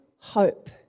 hope